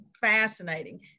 fascinating